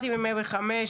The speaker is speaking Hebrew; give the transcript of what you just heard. ב-105,